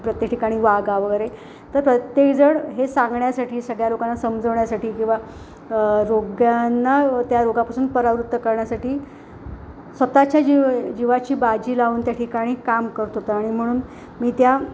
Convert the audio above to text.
प्रत्येक ठिकाणी वागा वगैरे तर प्रत्येकजण हे सांगण्यासाठी सगळ्या लोकांना समजवण्यासाठी किंवा रोग्यांना त्या रोगापासून परावृत्त करण्यासाठी स्वतःच्या जी जिवाची बाजी लावून त्या ठिकाणी काम करत होतं आणि म्हणून मी त्या